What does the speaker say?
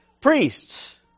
priests